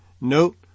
note